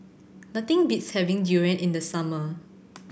nothing beats having durian in the summer